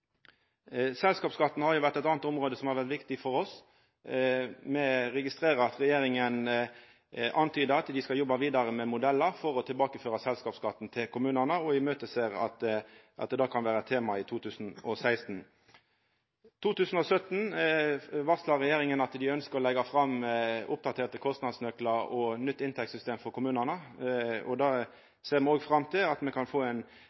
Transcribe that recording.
Selskapsskatten er eit anna område som har vore viktig for oss. Me registrerer at regjeringa antydar at dei skal jobba vidare med modellar for å tilbakeføra selskapsskatten til kommunane, og me ser fram til at det kan vera eit tema i 2016. Regjeringa varslar at dei i 2017 ønskjer å leggja fram oppdaterte kostnadsnøklar og nytt inntektssystem for kommunane. Me ser òg fram til å få ei hyppig endring av nøklane av inntektssystemet, slik at det